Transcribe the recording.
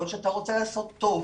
יכול להיות שאתה רוצה לעשות טוב,